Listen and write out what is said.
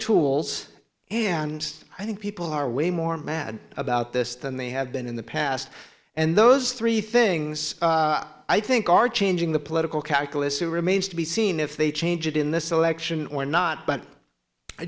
tools and i think people are way more mad about this than they have been in the past and those three things i think are changing the political calculus who remains to be seen if they change it in this election or not but i